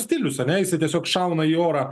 stilius ane tiesiog šauna į orą